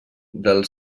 del